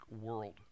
world